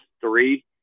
three